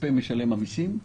כספי משלם המסים.